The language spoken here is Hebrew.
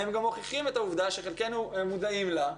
הם גם מוכיחים את העובדה שחלקנו מודעים לה,